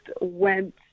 went